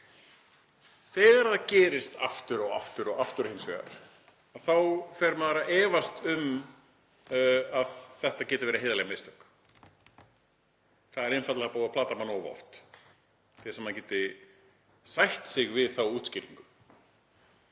Þegar það gerist aftur og aftur hins vegar þá fer maður að efast um að þetta geti verið heiðarleg mistök. Það er einfaldlega búið að plata mann of oft til að maður geti sætt sig við þá útskýringu.